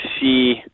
see